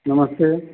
ନମସ୍ତେ